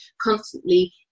constantly